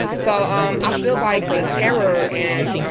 so um i feel like the terror and,